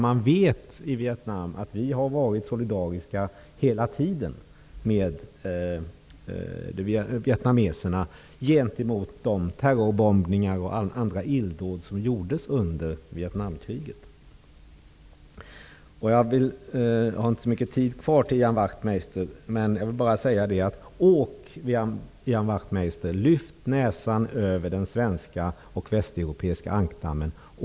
Man vet i Vietnam att vi hela tiden har varit solidariska med vietnameserna i samband med de terrorbombningar och andra illdåd som förekom under Vietnamkriget. Jag har inte så mycket tid kvar för att replikera till Ian Wachtmeister, men jag vill gärna säga till honom: Lyft näsan över den svenska och västeuropeiska ankdammen!